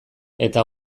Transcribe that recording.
eta